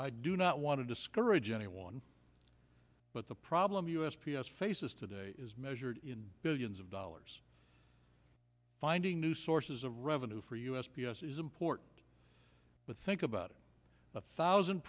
i do not want to discourage anyone but the problem u s p s faces today is measured in billions of dollars finding new sources of revenue for us b s is important but think about it a thousand